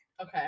Okay